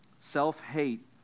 self-hate